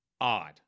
odd